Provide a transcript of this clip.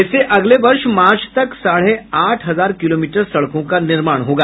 इससे अगले वर्ष मार्च तक साढ़े आठ हजार किलोमीटर सड़कों का निर्माण किया जायेगा